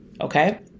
okay